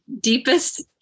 deepest